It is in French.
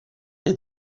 est